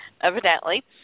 evidently